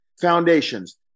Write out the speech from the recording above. foundations